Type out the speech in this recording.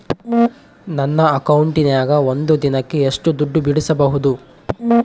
ನನ್ನ ಅಕೌಂಟಿನ್ಯಾಗ ಒಂದು ದಿನಕ್ಕ ಎಷ್ಟು ದುಡ್ಡು ಬಿಡಿಸಬಹುದು?